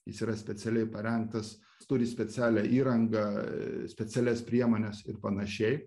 jis yra specialiai parengtas turi specialią įrangą specialias priemones ir panašiai